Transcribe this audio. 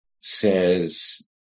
says